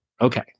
Okay